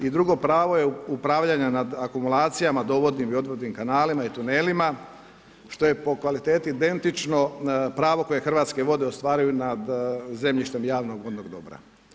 I drugo pravo je upravljanje nad akumulacijama, dovodnim i odvodnim kanalima i tunelima što je po kvaliteti identično pravo koje hrvatske vode ostvaruju nad zemljištem javnog vodnog dobra.